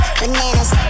bananas